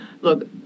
look